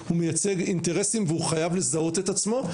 הוא מייצג אינטרסים והוא חייב לזהות את עצמו.